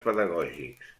pedagògics